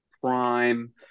prime